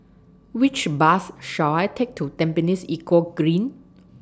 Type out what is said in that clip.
Which Bus should I Take to Tampines Eco Green